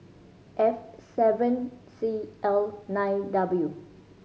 F seven C L nine W